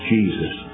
Jesus